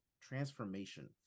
transformation